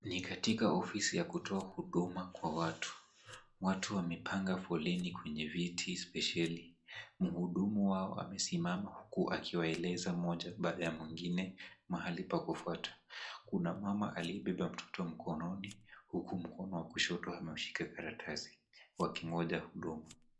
Ni katika ofisi ya kutoa huduma kwa watu. Watu wamepanga foleni kwenye viti spesheli . Mhudumu wao amesimama huku akiwaeleza mmoja baada ya mwingine mahali pa kufuata. Kuna mama aliyebeba mtoto mkononi huku mkono wa kushoto ameushika karatasi wakingoja huduma.